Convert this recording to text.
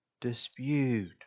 dispute